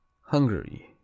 Hungary